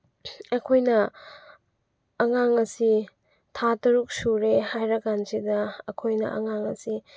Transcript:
ꯑꯩꯈꯣꯏꯅ ꯑꯉꯥꯡ ꯑꯁꯦ ꯊꯥ ꯇꯔꯨꯛ ꯁꯨꯔꯦ ꯍꯥꯏꯔꯀꯥꯟꯁꯤꯗ ꯑꯩꯈꯣꯏꯅ ꯑꯉꯥꯡ ꯑꯁꯤ